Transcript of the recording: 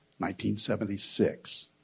1976